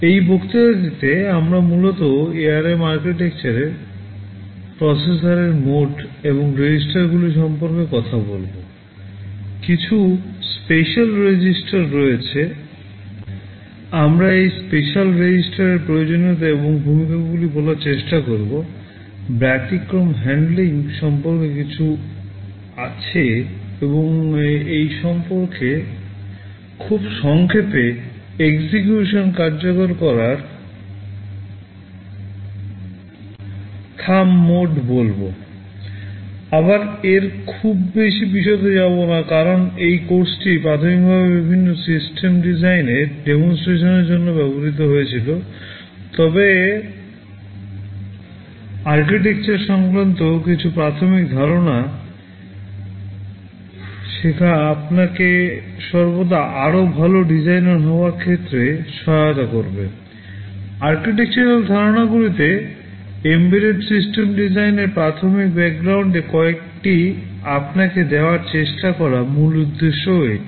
এই বক্তৃতাটিতে আমরা মূলত ARM আর্কিটেকচারে প্রসেসরের মোড ডিজাইনের প্রাথমিক ব্যাকগ্রাউন্ডের কয়েকটি আপনাকে দেওয়ার চেষ্টা করার মূল উদ্দেশ্য এটি